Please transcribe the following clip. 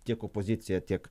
tiek opoziciją tiek